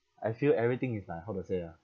I feel everything is like how to say ah